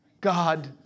God